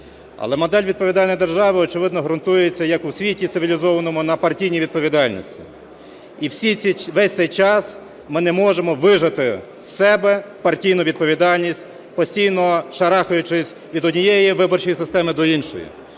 Але модель відповідальної держави, очевидно, ґрунтується, як у світі цивілізованому? на партійній відповідальності. І весь цей час ми не можемо вижити з себе партійну відповідальність, постійно шарахаючись від однієї виборчої системи до іншої.